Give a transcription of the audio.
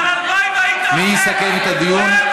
מי יסכם את הדיון?